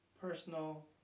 personal